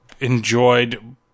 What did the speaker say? enjoyed